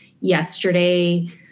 yesterday